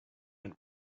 went